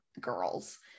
girls